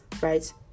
right